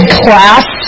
class